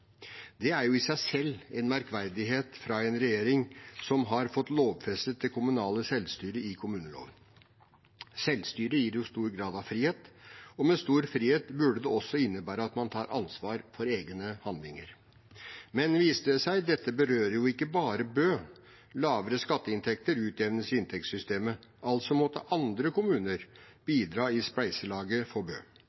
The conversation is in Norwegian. Det er jo i seg selv en merkverdighet fra en regjering som har fått lovfestet det kommunale selvstyret i kommuneloven. Selvstyre gir stor grad av frihet, og med stor frihet burde det også innebære at man tar ansvar for egne handlinger. Men det viste seg at dette berører jo ikke bare Bø. Lavere skatteinntekter utjevnes i inntektssystemet. Altså måtte andre kommuner